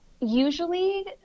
usually